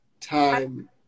time